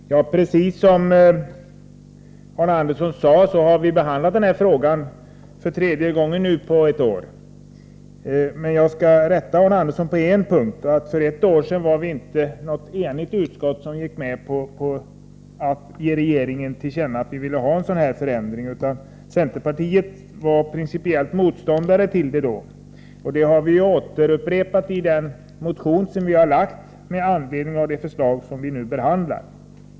Herr talman! Precis som Arne Andersson i Ljung sade behandlar vi nu denna fråga för tredje gången på ett år. Jag skall dock rätta honom på en punkt. För ett år sedan var det inte något enigt utskott som gick med på att ge regeringen till känna att vi ville ha en sådan här förändring, utan centerpartiet var då principiellt motståndare till den. Detta ställningstagande har vi upprepat i den motion som vi väckte med anledning av det förslag som nu behandlas.